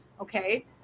Okay